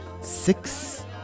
six